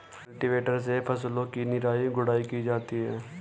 cultivator से फसलों की निराई गुड़ाई की जाती है